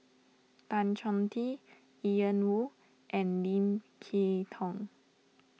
Tan Chong Tee Ian Woo and Lim Kay Tong